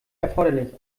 erforderlich